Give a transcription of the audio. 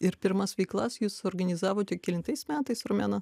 ir pirmas veiklas jūs suorganizavote kelintais metais romena